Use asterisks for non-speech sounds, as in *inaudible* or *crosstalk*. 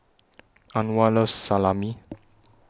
Anwar loves Salami *noise*